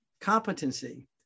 competency